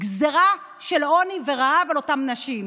גזרה של עוני ורעב על אותן נשים.